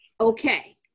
okay